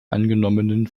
angenommenen